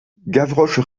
gavroche